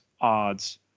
odds